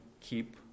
keep